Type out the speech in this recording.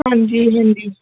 ਹਾਂਜੀ ਜੀ